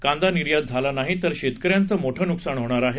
कांदा निर्यात झाला नाही तर शेतकऱ्यांचं नुकसान होणार आहे